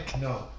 no